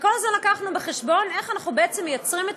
וכל הזמן הבאנו בחשבון איך אנחנו בעצם מייצרים את